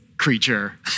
Creature